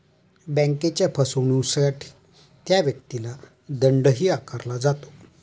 बँकेच्या फसवणुकीसाठी त्या व्यक्तीला दंडही आकारला जातो